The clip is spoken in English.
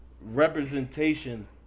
representation